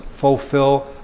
fulfill